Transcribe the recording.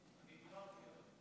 אני כבר דיברתי.